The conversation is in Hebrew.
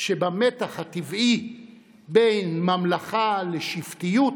שבמתח הטבעי בין ממלכה לשבטיות